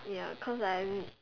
ya because I